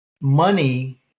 Money